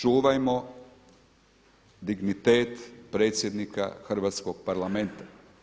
Čuvajmo dignitet predsjednika Hrvatskog parlamenta.